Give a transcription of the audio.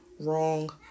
wrong